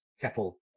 kettle